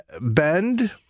Bend